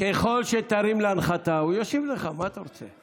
ככל שתרים להנחתה, הוא ישיב לך, מה אתה רוצה.